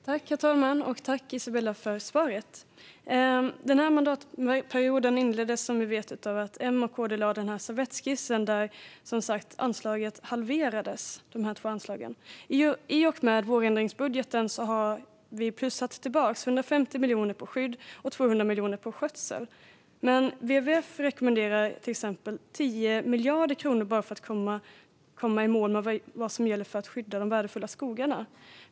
Herr talman! Jag tackar Isabella för svaret. Som vi vet inleddes mandatperioden med att M och KD lade fram servettskissen, och där halverades dessa två anslag. I och med vårändringsbudgeten har vi nu plussat på 150 miljoner till skydd och 200 miljoner till skötsel. WWF rekommenderar dock 10 miljarder kronor bara för att komma i mål när det gäller skydd av värdefull skog.